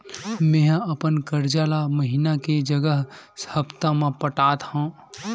मेंहा अपन कर्जा ला महीना के जगह हप्ता मा पटात हव